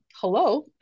hello